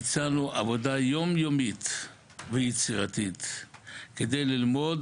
ביצענו עבודה יום-יומית ויצירתית כדי ללמוד